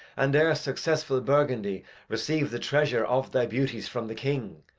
and e'er successful burgundy receive the treasure of thy beauties from the king,